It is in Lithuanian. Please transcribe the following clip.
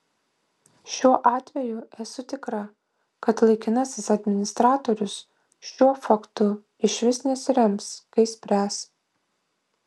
šiuo atveju esu tikra kad laikinasis administratorius šiuo faktu išvis nesirems kai spręs